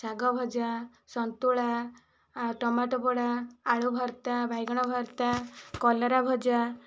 ଶାଗ ଭଜା ସନ୍ତୁଳା ଆଉ ଟମାଟୋ ପୋଡ଼ା ଆଳୁ ଭର୍ତ୍ତା ବାଇଗଣ ଭର୍ତ୍ତା କଲରା ଭଜା